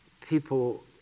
people